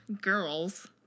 girls